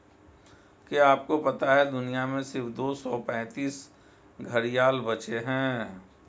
क्या आपको पता है दुनिया में सिर्फ दो सौ पैंतीस घड़ियाल बचे है?